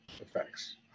effects